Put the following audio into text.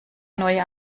neue